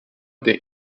der